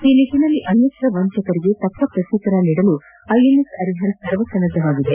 ಈ ನಿಟ್ಟನಲ್ಲಿ ಅಣ್ಣಸ್ತ್ರ ವಂಚಕರಿಗೆ ತಕ್ಕ ಪ್ರತ್ಯುತ್ತರ ನೀಡಲು ಐಎನ್ಎಸ್ ಅರಿಹಂತ್ ಸರ್ವಸನ್ನದ್ಧವಾಗಿದೆ